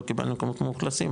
לא קיבלנו כמות מאוכלסים,